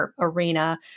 arena